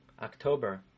October